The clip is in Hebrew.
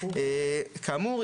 כאמור,